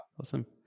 Awesome